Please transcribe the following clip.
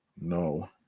No